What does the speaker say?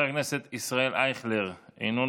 הם